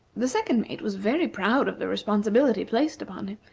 the second mate was very proud of the responsibility placed upon him,